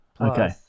Okay